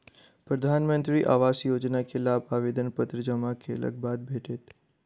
प्रधानमंत्री आवास योजना के लाभ आवेदन पत्र जमा केलक बाद भेटत